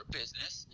business